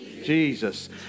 Jesus